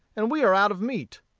and we are out of meat.